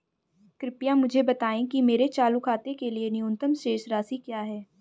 कृपया मुझे बताएं कि मेरे चालू खाते के लिए न्यूनतम शेष राशि क्या है